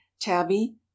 tabby